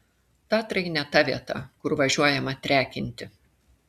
tatrai ne ta vieta kur važiuojama trekinti